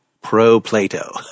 pro-Plato